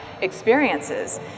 experiences